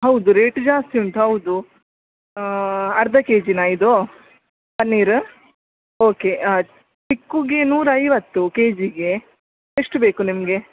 ಹೌದು ರೇಟ್ ಜಾಸ್ತಿ ಉಂಟು ಹೌದು ಅರ್ಧ ಕೆ ಜಿನ ಇದು ಪನ್ನೀರ್ ಓಕೆ ಆಯಿತು ಚಿಕ್ಕುಗೆ ನೂರೈವತ್ತು ಕೆ ಜಿಗೆ ಎಷ್ಟು ಬೇಕು ನಿಮಗೆ